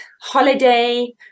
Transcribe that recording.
holiday